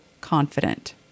confident